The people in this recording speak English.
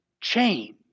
change